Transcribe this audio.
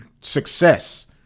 success